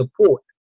support